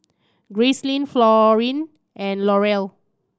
Gracelyn Florene and Laurel